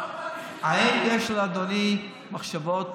האם יש לאדוני מחשבות